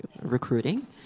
recruiting